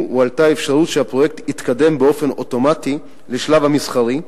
הועלתה אפשרות שהפרויקט יתקדם באופן אוטומטי לשלב המסחרי,